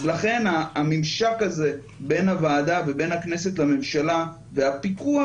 אז לכן הממשק הזה בין הועדה ובין הכנסת לממשלה והפיקוח